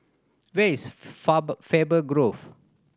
where is Faber Grove